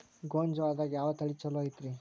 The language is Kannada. ಗೊಂಜಾಳದಾಗ ಯಾವ ತಳಿ ಛಲೋ ಐತ್ರಿ?